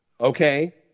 okay